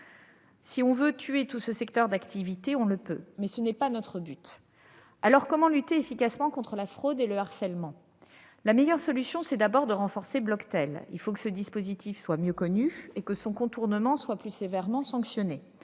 Si l'on veut tuer tout ce secteur d'activité, on le peut ; mais tel n'est pas notre but. Alors, comment lutter efficacement contre la fraude et le harcèlement ? La meilleure solution, c'est d'abord de renforcer Bloctel. Il faut que ce dispositif soit mieux connu et que son contournement soit plus sévèrement sanctionné.